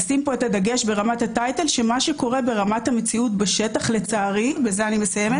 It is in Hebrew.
מה שקורה במציאות בשטח, לצערי, ובזה אני מסיימת.